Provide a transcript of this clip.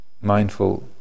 mindful